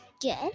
Good